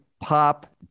pop